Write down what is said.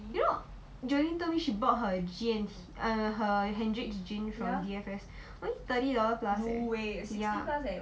you know joleen told me she bought her G_N~ err her Hendricks Gin from D_F_S only thirty dollar plus leh ya